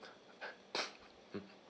mm